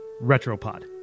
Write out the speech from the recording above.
Retropod